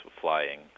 flying